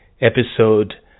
episode